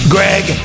Greg